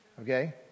okay